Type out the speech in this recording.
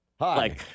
Hi